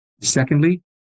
Secondly